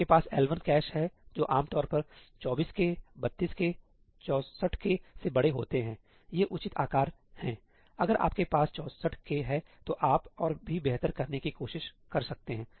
आपके पास L1 cache हैं जो आमतौर पर 24K 32K 64K से बड़े होते हैं ये उचित आकार हैंअगर आपके पास 64K है तो आप और भी बेहतर करने की कोशिश कर सकते हैं